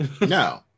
No